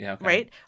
right